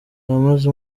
abamaze